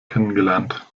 kennengelernt